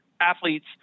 athletes